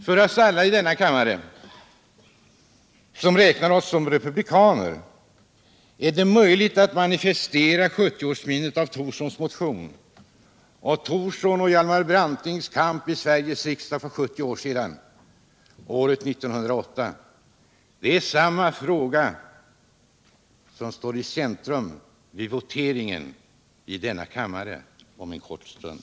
För oss alla i denna kammare som räknar oss som republikaner är det möjligt att manifestera 70-årsminnet av Thorssons motion och Thorssons och Hjalmar Brantings kamp i Sveriges riksdag för 70 år sedan, året 1908. Det är samma fråga som står i centrum vid voteringen i denna kammare om en kort stund.